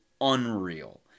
unreal